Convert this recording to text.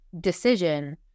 Decision